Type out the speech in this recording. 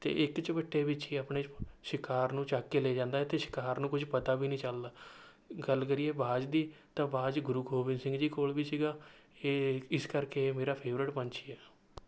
ਅਤੇ ਇੱਕ ਝਵੱਟੇ ਵਿੱਚ ਹੀ ਆਪਣੇ ਸ਼ਿਕਾਰ ਨੂੰ ਚੱਕ ਕੇ ਲੈ ਜਾਂਦਾ ਹੈ ਅਤੇ ਸ਼ਿਕਾਰ ਨੂੰ ਕੁਝ ਪਤਾ ਵੀ ਨਹੀਂ ਚੱਲਦਾ ਗੱਲ ਕਰੀਏ ਬਾਜ਼ ਦੀ ਤਾਂ ਬਾਜ਼ ਗੁਰੂ ਗੋਬਿੰਦ ਸਿੰਘ ਜੀ ਕੋਲ ਵੀ ਸੀਗਾ ਇਹ ਇਸ ਕਰਕੇ ਇਹ ਮੇਰਾ ਫੇਵਰਟ ਪੰਛੀ ਹੈ